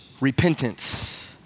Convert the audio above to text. Repentance